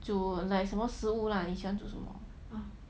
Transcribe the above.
煮 like 什么食物 lah 你喜欢煮什么